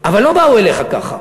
אבל לא באו אליך ככה.